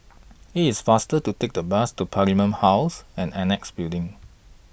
IT IS faster to Take The Bus to Parliament House and Annexe Building